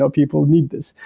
so people need this.